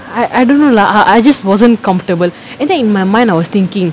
I I don't know lah I just wasn't comfortable and then in my mind I was thinking